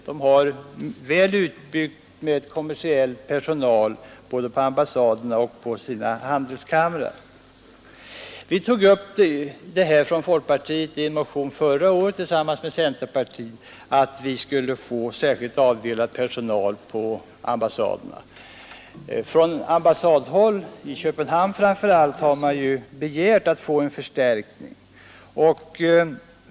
De har sin organisation väl utbyggd med kommersiell personal på både ambassader och handelskamrar. Vi tog förra året från folkpartiet tillsammans med centerpartiet upp förslaget att vi skulle få särskilt avdelad personal på ambassaderna. Från ambassadhåll — framför allt i Köpenhamn — har man begärt att få en förstärkning.